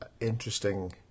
interesting